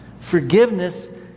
Forgiveness